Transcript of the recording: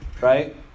right